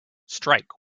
strike